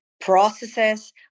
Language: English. processes